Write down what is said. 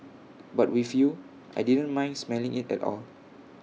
but with you I didn't mind smelling IT at all